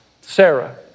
Sarah